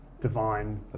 divine